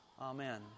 Amen